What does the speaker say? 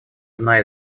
одна